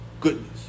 goodness